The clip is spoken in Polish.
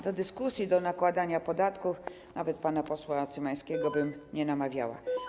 Do dyskusji i do nakładania podatków nawet pana posła Cymańskiego bym nie namawiała.